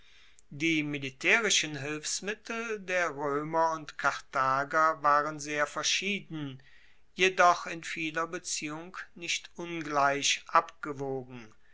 die militaerischen hilfsmittel der roemer und karthager waren sehr verschieden jedoch in vieler beziehung nicht ungleich abgewogen